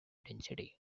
density